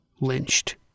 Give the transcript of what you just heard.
lynched